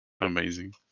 Amazing